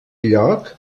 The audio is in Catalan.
lloc